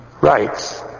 Rights